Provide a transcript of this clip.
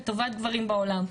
לטובת גברים בעולם.